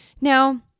Now